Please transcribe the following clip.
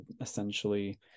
essentially